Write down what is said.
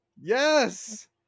Yes